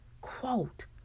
quote